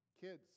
Kids